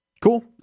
Cool